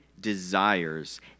desires